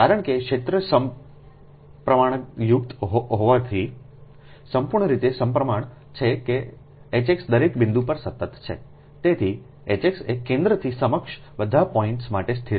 કારણ કે ક્ષેત્ર સપ્રમાણતાયુક્ત હોવાથી સંપૂર્ણ રીતે સપ્રમાણ છે કે Hx દરેક બિંદુ પર સતત છે તેથી Hx એ કેન્દ્રથી સમકક્ષ બધા પોઇન્ટ્સ માટે સ્થિર છે